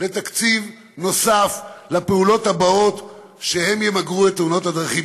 בתקציב נוסף לפעולות הבאות שימגרו את תאונות הדרכים,